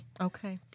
okay